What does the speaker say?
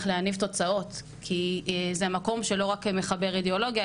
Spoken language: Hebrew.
להניב תוצאות כי זה המקום שלא רק מחבר אידיאולוגיה,